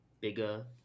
bigger